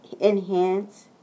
enhance